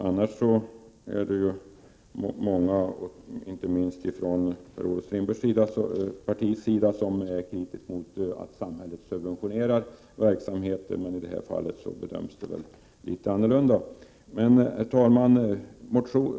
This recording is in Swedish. Annars finns det ju många, inte minst inom Per-Olof Strindbergs eget parti, som är kritiska mot att samhället subventionerar verksamheter. I dethär fallet bedömer man kanske saken litet annorlunda. Herr talman!